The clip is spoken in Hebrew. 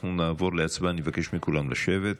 אנחנו נעבור להצבעה, אני מבקש מכולם לשבת.